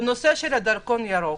בנושא הדרכון הירוק